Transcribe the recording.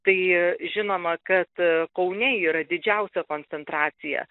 tai žinoma kad kaune yra didžiausia koncentracija